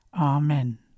Amen